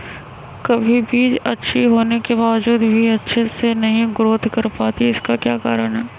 कभी बीज अच्छी होने के बावजूद भी अच्छे से नहीं ग्रोथ कर पाती इसका क्या कारण है?